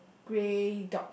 grey dog